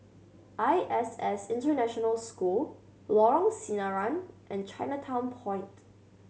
I S S International School Lorong Sinaran and Chinatown Point